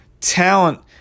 Talent